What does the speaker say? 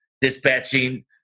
dispatching